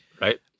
Right